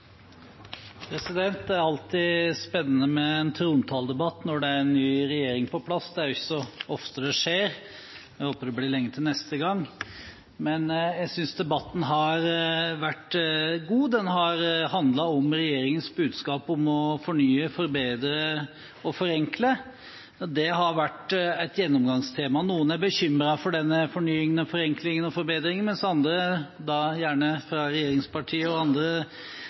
en ny regjering på plass. Det er ikke så ofte det skjer. Jeg håper det blir lenge til neste gang. Jeg synes debatten har vært god, den har handlet om regjeringens budskap om å fornye, forbedre og forenkle – det har vært et gjennomgangstema. Noen er bekymret over denne fornyingen, forenklingen og forbedringen, mens andre – gjerne fra regjeringspartier og andre